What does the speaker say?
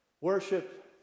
Worship